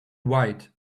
white